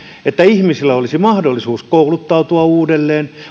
että ihmisillä olisi mahdollisuus kouluttautua uudelleen